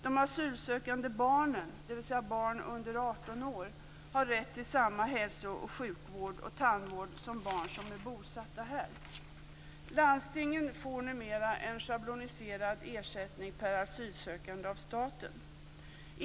De asylsökande barnen, dvs. barn under 18 år, har rätt till samma hälso och sjukvård och tandvård som barn som är bosatta här. Landstingen får numera en schabloniserad ersättning per asylsökande av staten.